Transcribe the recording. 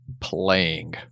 playing